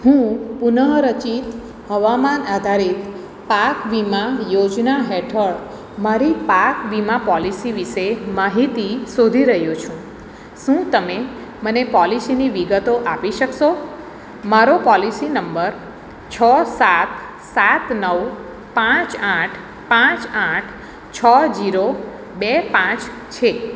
હું પુનઃરચિત હવામાન આધારિત પાક વીમા યોજના હેઠળ મારી પાક વીમા પોલિસી વિષે માહિતી શોધી રહ્યો છું શું તમે મને પોલિસીની વિગતો આપી શકશો મારો પોલિસી નંબર છ સાત સાત નવ પાંચ આઠ પાંચ આઠ છ જીરો બે પાંચ છે